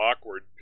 awkward